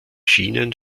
schienen